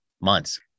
months